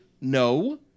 No